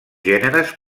gèneres